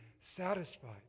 satisfied